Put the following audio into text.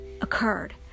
occurred